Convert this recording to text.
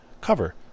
cover